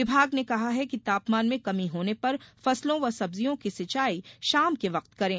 विभाग ने कहा है कि तापमान में कमी होने पर फसलों व सब्जियों की सिंचाई शाम के वक्त करें